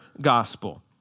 gospel